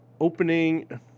opening